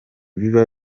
biba